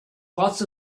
lots